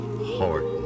Horton